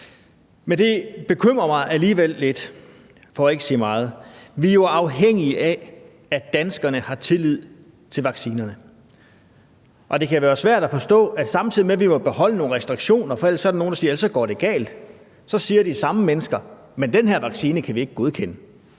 Men det bekymrer mig alligevel lidt, for ikke at sige meget. Vi er jo afhængige af, at danskerne har tillid til vaccinerne, og det kan være svært at forstå, at samtidig med at vi må beholde nogle restriktioner, for ellers, siger nogen, går det galt, så siger de samme mennesker, at den her vaccine kan de ikke godkende.